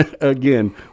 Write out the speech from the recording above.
again